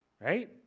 Right